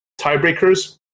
tiebreakers